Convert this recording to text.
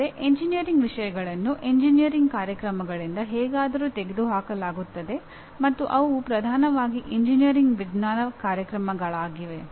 ಅಂದರೆ ಎಂಜಿನಿಯರಿಂಗ್ ವಿಷಯಗಳನ್ನು ಎಂಜಿನಿಯರಿಂಗ್ ಕಾರ್ಯಕ್ರಮಗಳಿಂದ ಹೇಗಾದರೂ ತೆಗೆದುಹಾಕಲಾಗುತ್ತದೆ ಮತ್ತು ಅವು ಪ್ರಧಾನವಾಗಿ ಎಂಜಿನಿಯರಿಂಗ್ ವಿಜ್ಞಾನ ಕಾರ್ಯಕ್ರಮಗಳಾಗಿವೆ